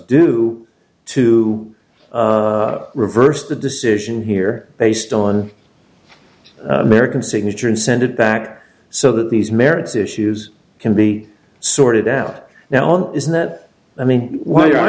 to do to reverse the decision here based on american signature and send it back so that these merits issues can be sorted out now is that i mean why are